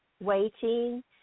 waiting